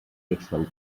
yourself